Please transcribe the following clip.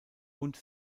und